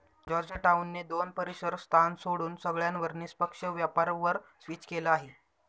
Georgetown ने दोन परीसर स्थान सोडून सगळ्यांवर निष्पक्ष व्यापार वर स्विच केलं आहे